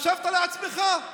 חשבת לעצמך?